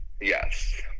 Yes